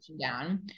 down